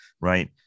right